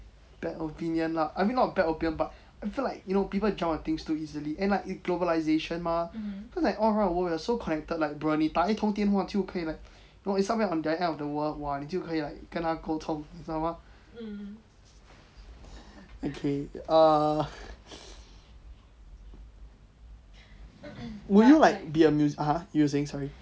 bad opinion lah I mean not bad opinion but I feel like you know people jump on things so easily and like globalisation mah cause like all around the world you are so connected like bruh 你打一通电话就可以 like if there is something like on the end of the world !wah! 你就可以 like 跟他沟通你知道吗